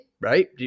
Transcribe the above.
right